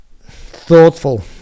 Thoughtful